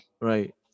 Right